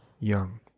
young